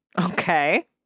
Okay